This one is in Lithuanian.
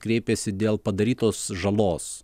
kreipiasi dėl padarytos žalos